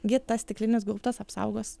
gi tas stiklinis gaubtas apsaugos